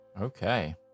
Okay